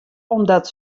omdat